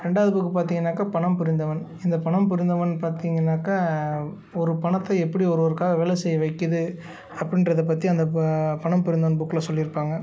ரெண்டாவது புக்கு பார்த்திங்கன்னாக்க பணம் புரிந்தவன் இந்த பணம் புரிந்தவன் பார்த்திங்கன்னாக்கா ஒரு பணத்தை எப்படி ஒரு ஒருவருக்காக வேலை செய்ய வைக்கிது அப்படின்றத பற்றி அந்த ப பணம் புரிந்தவன் புக்கில் சொல்லியிருப்பாங்க